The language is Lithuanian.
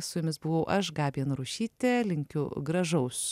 su jumis buvau aš gabija narušytė linkiu gražaus